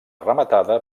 rematada